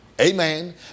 Amen